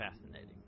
fascinating